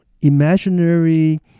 imaginary